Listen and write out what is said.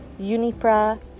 Unipra